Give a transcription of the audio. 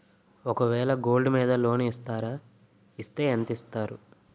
ఒక వేల గోల్డ్ మీద లోన్ ఇస్తారా? ఇస్తే ఎంత ఇస్తారు?